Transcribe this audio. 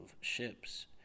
ships